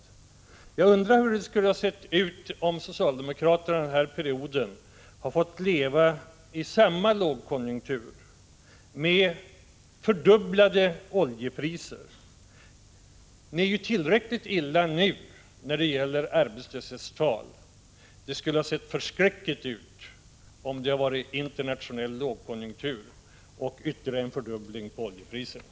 Jag undrar hur det skulle ha sett ut om socialdemokraterna under den här perioden hade fått uppleva samma lågkonjunktur och fördubblade oljepriser. Det är ju tillräckligt illa nu när det gäller arbetslöshetstal. Det skulle ha sett förskräckligt ut om det hade varit en internationell lågkonjunktur och en ytterligare fördubbling av oljepriserna.